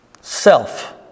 Self